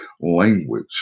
language